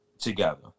together